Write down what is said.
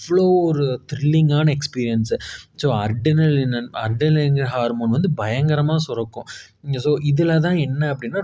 அவ்வளோ ஒரு த்ரில்லிங்கான experience so adrenaline adrenaline hormone வந்து பயங்கரமாக சுரக்கும் இங்கே ஸோ இதில் தான் என்ன அப்படின்னா